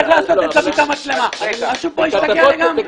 איך לעשות את - מישהו פה השתגע לגמרי.